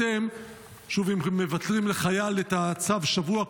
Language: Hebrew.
שוב, אם מבטלים לחייל את הצו שבוע קודם,